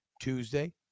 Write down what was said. Tuesday